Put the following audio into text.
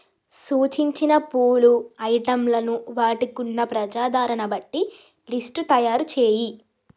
సూచించిన పూలు ఐటమ్లను వాటికున్న ప్రజాదారణ బట్టి లిస్టు తయారు చేయి